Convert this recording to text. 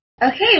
Okay